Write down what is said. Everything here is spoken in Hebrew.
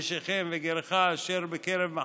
נשיכם וגרך אשר בקרב מחניך,